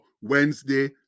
Wednesday